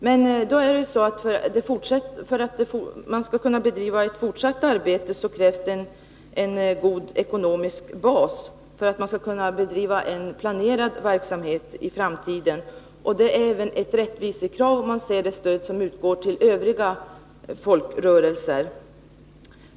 Men för att man skall kunna bedriva en planerad verksamhet i framtiden krävs det en god ekonomisk bas, och det är väl också ett rättvist krav, om man ser på det stöd som utgår till övriga folkrörelser.